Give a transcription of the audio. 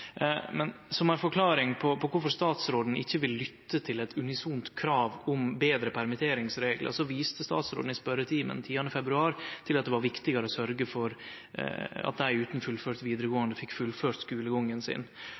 Som ei forklaring på kvifor statsråden ikkje vil lytte til eit unisont krav om betre permitteringsreglar, viste statsråden i spørjetimen 10. februar til at det var viktigare å sørgje for at dei utan fullført vidaregåande fekk fullført skulegangen sin.